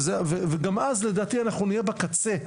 גם אז נהיה בקצה,